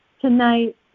Tonight